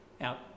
out